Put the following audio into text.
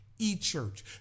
eChurch